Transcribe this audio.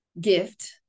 gift